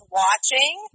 watching